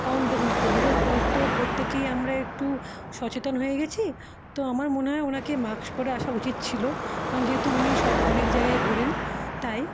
কারণ দেখুন কোভিডের পর তো পত্যেকেই আমরা একটু সচেতন হয়ে গেছি তো আমার মনে হয় ওনাকে মাক্স পরে আসা উচিত ছিলো কারণ যেহেতু উনি সব অনেক জায়গায় ঘোরেন তাই